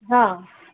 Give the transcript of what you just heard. ہاں